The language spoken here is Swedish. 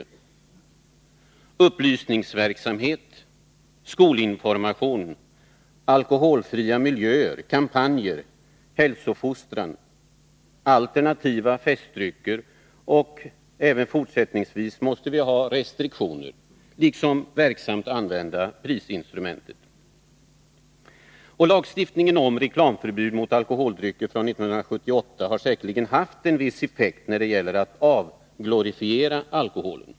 Det behövs vidare upplysningsverksamhet, skolinformation, alkoholfria miljöer, kampanjer, hälsofostran och alternativa festdrycker. Även fortsättningsvis måste vi har restriktioner, liksom vi verksamt måste använda prisinstrumentet. Lagstiftningen om reklamförbud mot alkoholdrycker från 1978 har säkerligen haft en viss effekt när det gällt att avglorifiera alkoholen.